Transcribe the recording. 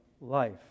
life